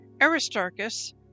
Aristarchus